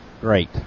Great